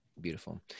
Beautiful